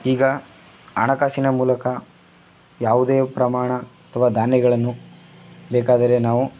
ಈಗ ಹಣಕಾಸಿನ ಮೂಲಕ ಯಾವುದೇ ಪ್ರಮಾಣ ಅಥವಾ ಧಾನ್ಯಗಳನ್ನು ಬೇಕಾದರೆ ನಾವು